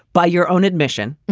by your own admission,